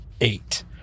Eight